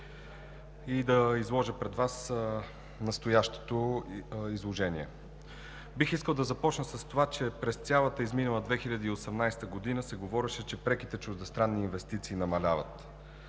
и да представя пред Вас следното изложение: Бих искал да започна с това, че през цялата изминала 2018 г. се говореше, че преките чуждестранни инвестиции намаляват.